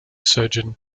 surgeon